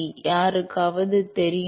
யாருக்காவது தெரியுமா